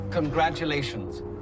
Congratulations